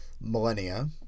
millennia